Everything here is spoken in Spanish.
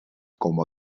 como